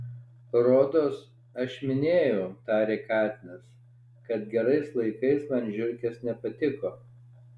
rodos aš minėjau tarė katinas kad gerais laikais man žiurkės nepatiko